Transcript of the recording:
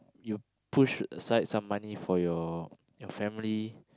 you push aside some money for your your family